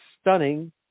stunning